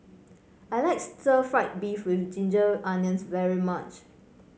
I like Stir Fried Beef with Ginger Onions very much